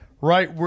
right